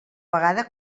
vegada